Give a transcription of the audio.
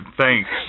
thanks